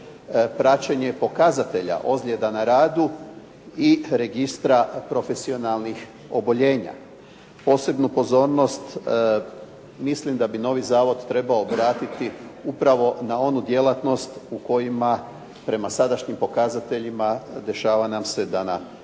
praćenje pokazatelja ozljeda na radu i registra profesionalnih oboljenja. Posebnu pozornost mislim da bi novi zavod trebao obratiti upravo na onu djelatnost u kojima sadašnjim pokazateljima dešava nam se da na određenim